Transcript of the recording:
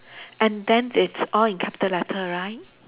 and then it's all in capital letter right